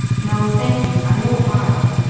no, thank you, i won't borrow.